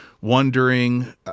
wondering